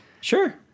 Sure